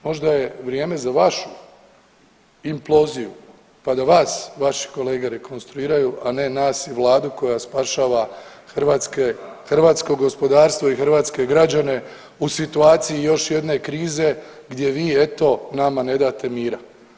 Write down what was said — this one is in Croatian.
Možda je vrijeme za vašu imploziju, pa da vas vaši kolege rekonstruiraju i vas i Vladu koja spašava hrvatsko gospodarstvo i hrvatske građane u situaciji još jedne krize gdje vi eto nama ne date mira.